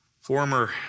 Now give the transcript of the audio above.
former